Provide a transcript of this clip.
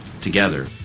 together